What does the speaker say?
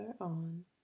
on